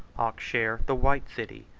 akshehr the white city,